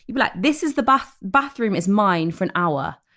like this is the bath bathroom is mine for an hour.